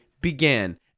began